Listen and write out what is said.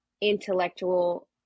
intellectual